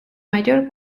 mayor